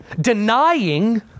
denying